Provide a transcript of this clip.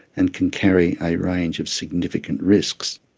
and can carry a range of significant risks.